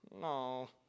No